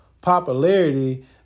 popularity